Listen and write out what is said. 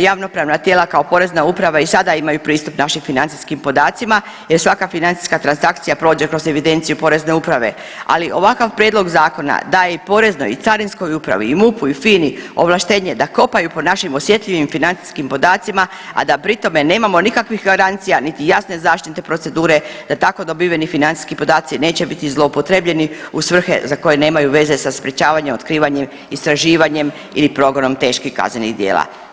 javnopravna tijela kao porezna uprava i sada imaju pristup našim financijskim podacima jer svaka financijska transakcija prođe kroz evidenciju porezne uprave, ali ovakav prijedlog zakona daje i poreznoj i carinskoj upravi i MUP-u i FINA-i ovlaštenje da kopaju po našim osjetljivim financijskim podacima, a da pri tome nemamo nikakvih garancija, niti jasne zaštitne procedure da tako dobiveni financijski podaci neće biti zloupotrebljeni u svrhe za koje nemaju veze sa sprječavanjem, otkrivanjem, istraživanjem ili progonom teških kaznenih djela.